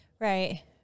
Right